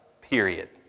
period